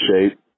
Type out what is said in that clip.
shape